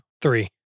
three